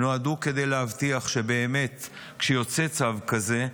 כל אלה נועדו להבטיח שכשיוצא צו כזה,